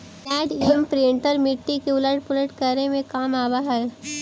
land imprinter मिट्टी के उलट पुलट करे में काम आवऽ हई